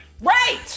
Right